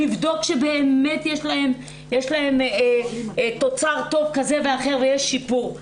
לבדוק שבאמת יש להן תוצר טוב כזה ואחר ויש שיפור.